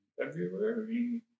February